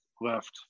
left